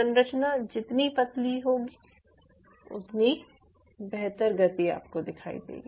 संरचना जितनी पतली होगी उतनी बेहतर गति आपको दिखाई देगी